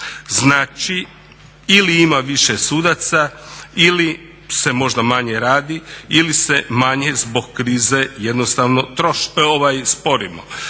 Znači ili ima više sudaca ili se možda manje radi ili se manje zbog krize jednostavno sporimo.